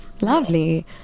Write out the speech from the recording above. Lovely